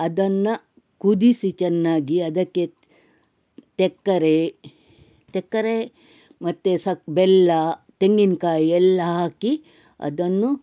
ಅದನ್ನು ಕುದಿಸಿ ಚೆನ್ನಾಗಿ ಅದಕ್ಕೆ ತೆಕ್ಕರೆ ತೆಕ್ಕರೆ ಮತ್ತು ಸಕ್ ಬೆಲ್ಲ ತೆಂಗಿನಕಾಯಿ ಎಲ್ಲ ಹಾಕಿ ಅದನ್ನು